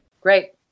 Great